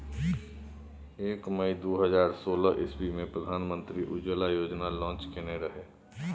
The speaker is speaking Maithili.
एक मइ दु हजार सोलह इस्बी मे प्रधानमंत्री उज्जवला योजना लांच केने रहय